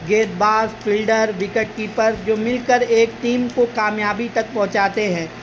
گیند باز fielder wicket keeper جو مل کر ایک ٹیم کو کامیابی تک پہنچاتے ہیں